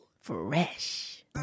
Fresh